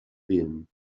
been